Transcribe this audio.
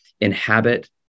inhabit